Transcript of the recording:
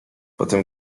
potem